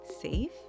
safe